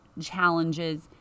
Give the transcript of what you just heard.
challenges